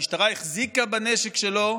כשהמשטרה החזיקה בנשק שלו,